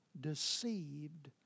Deceived